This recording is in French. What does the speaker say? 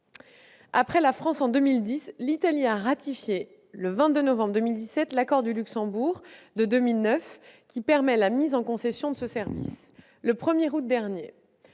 Après la France en 2010, l'Italie a ratifié, le 22 novembre 2017, l'accord du Luxembourg, signé en 2009, permettant la mise en concession de ce service. Le 1août dernier,